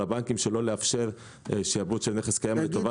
הבנקים שלא לאפשר שעבוד של נכס קיים לטובת אחר.